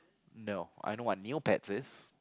no I know what Neopets is